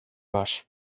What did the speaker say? var